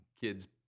kids